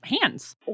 hands